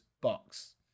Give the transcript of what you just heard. box